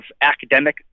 academic